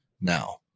now